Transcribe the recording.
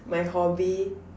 my hobby